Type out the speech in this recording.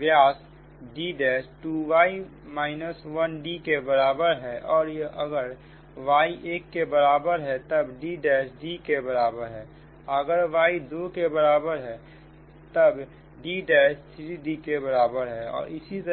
व्यास D' 2y 1 D के बराबर है और अगर y 1 के बराबर है तब D' D के बराबर है अगर y 2 के बराबर है तब D' 3D के बराबर है और इसी तरह